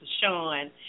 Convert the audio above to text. Sean